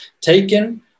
taken